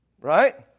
Right